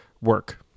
work